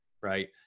right